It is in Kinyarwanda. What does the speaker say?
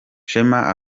shema